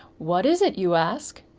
what is it, you ask?